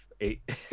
eight